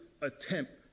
attempt